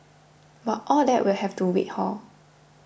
but all that will have to wait hor